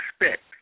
expect